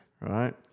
Right